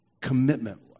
commitment